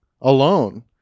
alone